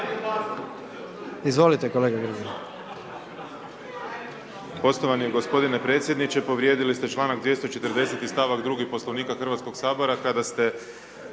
Izvolite kolega Bulj.